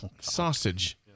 sausage